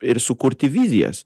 ir sukurti vizijas